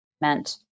meant